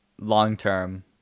long-term